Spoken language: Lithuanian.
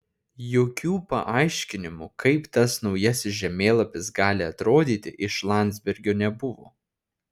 jokių paaiškinimų kaip tas naujasis žemėlapis gali atrodyti iš landsbergio nebuvo